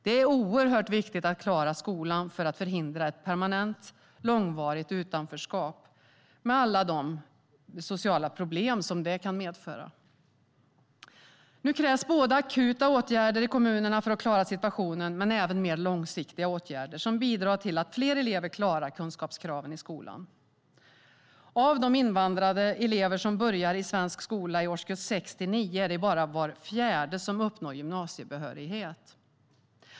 Det är oerhört viktigt att klara skolan för att förhindra ett permanent långvarigt utanförskap med alla de sociala problem som det kan medföra. Nu krävs både akuta åtgärder i kommunerna för att klara situationen och mer långsiktiga åtgärder som bidrar till att fler elever klarar kunskapskraven i skolan. Av de invandrade elever som börjar i svensk skola i årskurs 6-9 är det i dag bara var fjärde som uppnår gymnasiebehörighet.